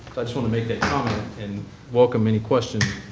i just want to make that comment and welcome any questions